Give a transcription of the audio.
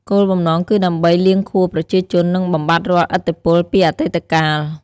គោលបំណងគឺដើម្បីលាងខួរប្រជាជន និងបំបាត់រាល់ឥទ្ធិពលពីអតីតកាល។